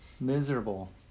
Miserable